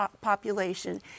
population